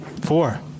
Four